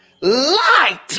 light